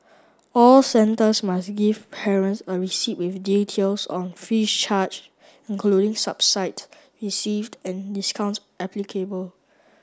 all centres must give parents a receipt with details on fees charge including received and discounts applicable